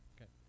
okay